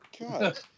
God